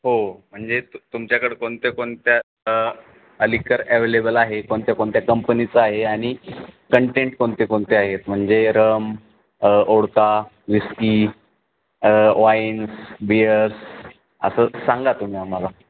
हो म्हणजे तु तुमच्याकडं कोणत्या कोणत्या अलीकर ॲवेलेबल आहे कोणत्या कोणत्या कंपनीचं आहे आणि कंटेंट कोणते कोणते आहेत म्हणजे rum vodka whisky wines beers असं सांगा तुम्ही आम्हाला